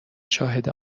شاهد